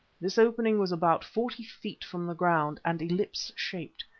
this opening was about forty feet from the ground, and ellipse-shaped.